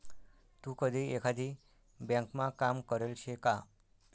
तू कधी एकाधी ब्यांकमा काम करेल शे का?